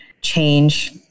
change